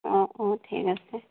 অ' অ' ঠিক আছে